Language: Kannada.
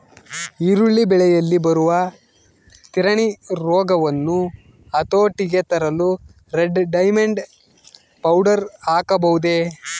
ಈರುಳ್ಳಿ ಬೆಳೆಯಲ್ಲಿ ಬರುವ ತಿರಣಿ ರೋಗವನ್ನು ಹತೋಟಿಗೆ ತರಲು ರೆಡ್ ಡೈಮಂಡ್ ಪೌಡರ್ ಹಾಕಬಹುದೇ?